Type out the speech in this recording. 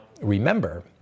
remember